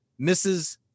Mrs